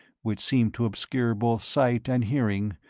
which seemed to obscure both sight and hearing,